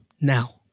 now